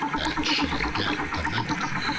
and she again commended him.